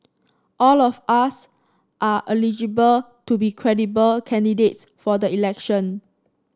all of us are eligible to be credible candidates for the election